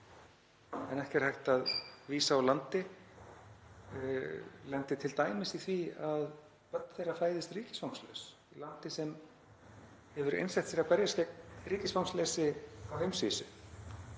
en ekki er hægt að vísa úr landi, lendi t.d. í því að börn þeirra fæðist ríkisfangslaus í landi sem hefur einsett sér að berjast gegn ríkisfangsleysi á heimsvísu.